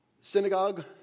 synagogue